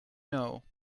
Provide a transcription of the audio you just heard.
know